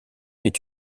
est